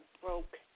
broke